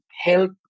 help